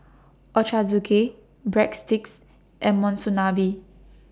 Ochazuke Breadsticks and Monsunabe